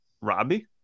Robbie